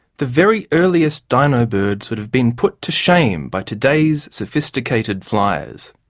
the very earliest dino-birds would have been put to shame by today's sophisticated fliers.